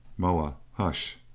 moa hush!